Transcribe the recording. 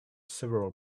several